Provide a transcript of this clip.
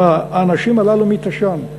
עם האנשים הללו מתש"ן,